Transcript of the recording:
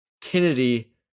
Kennedy